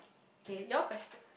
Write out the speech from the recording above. okay your question